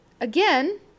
again